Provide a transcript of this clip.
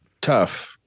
Tough